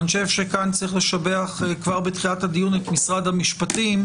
אני חושב שכאן צריך לשבח כבר בתחילת הדיון את משרד המשפטים,